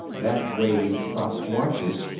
that wave stops watches,